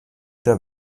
der